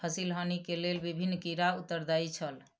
फसिल हानि के लेल विभिन्न कीड़ा उत्तरदायी छल